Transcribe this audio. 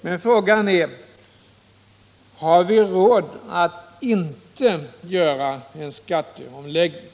Men frågan är: Har vi råd att inte göra en skatteomläggning?